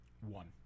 one